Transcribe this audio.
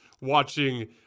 watching